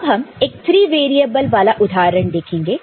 अब हम एक 3 वेरिएबल वाला उदाहरण देखेंगे